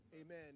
Amen